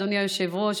אדוני היושב-ראש,